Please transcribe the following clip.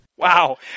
Wow